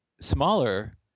smaller